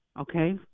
okay